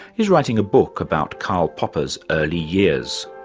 is writing a book about karl popper's early years.